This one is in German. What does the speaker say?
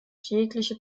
jegliche